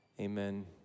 amen